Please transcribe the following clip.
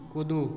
कुदू